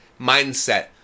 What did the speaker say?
mindset